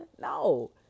No